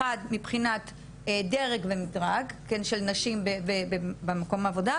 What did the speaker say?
אחת מבחינת דרג ומדרג של נשים במקום העבודה,